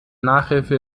nachhilfe